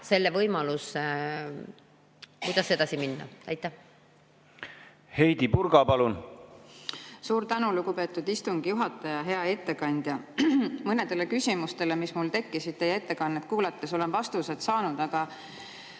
[leida] võimaluse, kuidas edasi minna. Heidy Purga, palun! Heidy Purga, palun! Suur tänu, lugupeetud istungi juhataja! Hea ettekandja! Mõnedele küsimustele, mis mul tekkisid teie ettekannet kuulates, olen vastused saanud, aga